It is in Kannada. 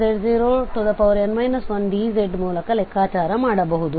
2πiCfz z0n1dz ಮೂಲಕ ಲೆಕ್ಕಾಚಾರ ಮಾಡಬಹುದು